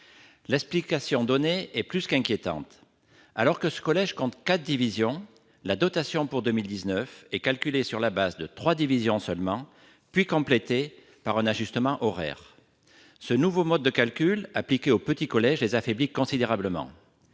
L'explication donnée est plus qu'inquiétante : alors que ce collège compte quatre divisions, la dotation pour 2019 n'est calculée que sur la base de trois divisions, puis complétée par un ajustement horaire. Ce nouveau mode de calcul appliqué aux petits collèges les affaiblit considérablement.